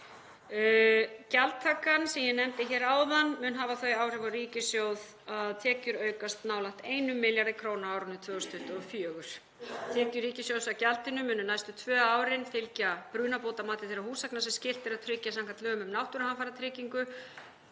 Gjaldtakan sem ég nefndi hér áðan mun hafa þau áhrif á ríkissjóð að tekjur aukast nálægt 1 milljarði kr. á árinu 2024. Tekjur ríkissjóðs af gjaldinu munu næstu tvö árin fylgja brunabótamati þeirra húseigna sem skylt er að tryggja samkvæmt lögum um náttúruhamfaratryggingu